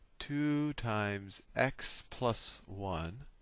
two, times x plus one